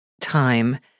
time